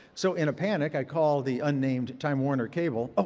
so in a panic, i called the unnamed time warner cable. ah